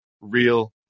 real